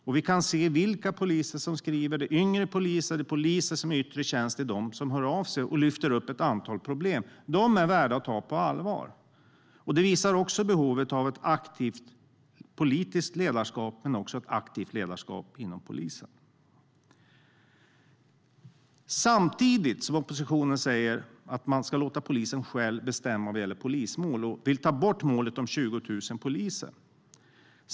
Där framgår vilka poliser som skriver. Det är yngre poliser, och det är poliser i yttre tjänst. Det är de som hör av sig och lyfter upp ett antal problem. De är värda att ta på allvar. Det här visar behovet av ett aktivt politiskt ledarskap och ett aktivt ledarskap inom polisen. Oppositionen vill att polisen själv ska få bestämma över polismål och vill ta bort målet om 20 000 poliser.